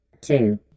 two